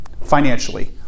financially